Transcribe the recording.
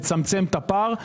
לצמצם את הפער,